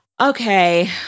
Okay